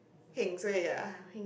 heng suay ah